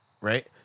Right